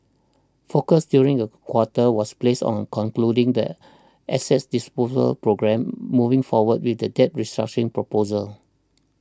focus during the quarter was placed on concluding the asset disposal programme moving forward with the debt restructuring proposal